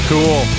Cool